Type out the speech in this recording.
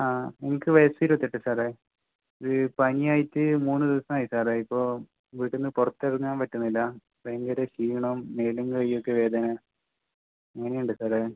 ആ എനിക്ക് വയസ്സ് ഇരുപത്തെട്ട് സാറേ ഇത് പനിയായിട്ട് മൂന്ന് ദിവസമായി സാറേ ഇപ്പോൾ വീട്ടിൽ നിന്ന് പുറത്തിറങ്ങാൻ പറ്റുന്നില്ല ഭയങ്കര ക്ഷീണം മേലും കൈയ്യുമൊക്കെ വേദന അങ്ങനെയ്ണ്ട് സാറേ